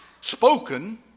spoken